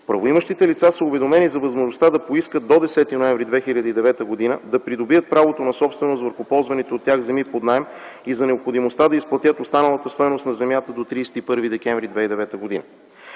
Правоимащите лица са уведомени за възможността да поискат до 10 ноември 2009 г. да придобият правото на собственост върху ползваните от тях земи под наем и за необходимостта да изплатят останалата стойност на земята до 31 декември 2009 г.